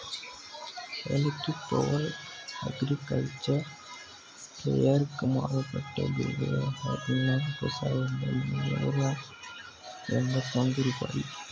electric power agricultural ಸ್ಪ್ರೆಯರ್ಗೆ ಮಾರುಕಟ್ಟೆ ಬೆಲೆ ಹದಿನಾಲ್ಕು ಸಾವಿರದ ಮುನ್ನೂರ ಎಂಬತ್ತೊಂದು ರೂಪಾಯಿ